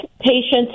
patients